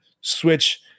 switch